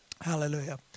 Hallelujah